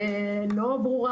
ולא ברור